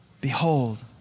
Behold